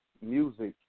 music